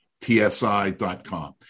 TSI.com